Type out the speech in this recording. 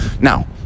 now